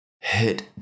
hit